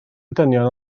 dynion